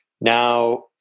now